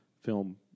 film